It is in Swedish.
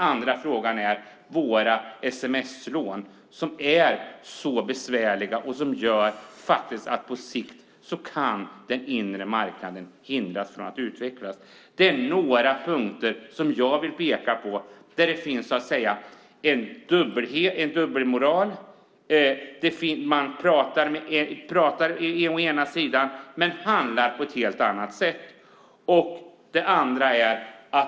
Den andra frågan är våra sms-lån, som är så besvärliga och som faktiskt gör att den inre marknaden på sikt kan hindras från att utvecklas. Det är några punkter jag vill peka på. Det finns en dubbelmoral - man pratar på ett sätt men handlar på ett helt annat sätt.